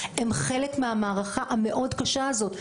הם חלק מהמערכה המאוד קשה הזאת,